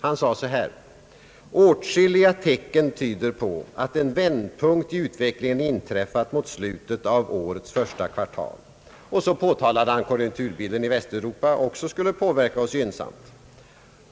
Han sade bl.a.: »Åtskilliga tecken tyder på att en vändpunkt i utvecklingen inträffat mot slutet av årets första kvartal.» Han påtalade att konjunkturbilden i Västeuropa också skulle påverka oss gynnsamt.